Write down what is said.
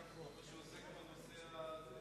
מה שעוסק באותו נושא.